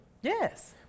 Yes